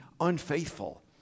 unfaithful